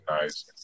nice